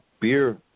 Beer